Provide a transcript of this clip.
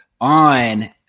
on